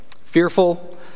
Fearful